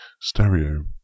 stereo